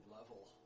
level